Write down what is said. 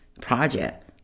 project